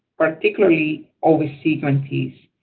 particularly, ovc grantees.